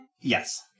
Yes